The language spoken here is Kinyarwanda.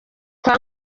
kwa